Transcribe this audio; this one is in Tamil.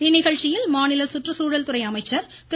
இந்நிகழ்ச்சியில் மாநில சுற்றுச்சூழல் துறை அமைச்சா் திரு